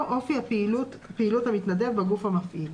או אופי פעילות המתנדב בגוף המפעיל.